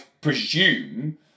presume